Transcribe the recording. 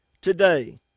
today